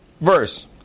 verse